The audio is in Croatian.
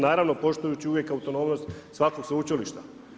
Naravno, poštujući uvijek autonomnost svakog sveučilišta.